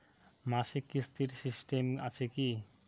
মাসিক কিস্তির সিস্টেম আছে কি?